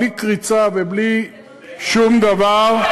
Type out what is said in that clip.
בלי קריצה ובלי שום דבר,